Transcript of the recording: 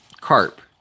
carp